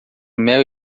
mel